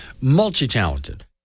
multi-talented